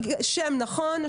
שם נכון,